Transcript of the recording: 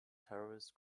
terrorist